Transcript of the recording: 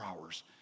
hours